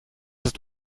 ist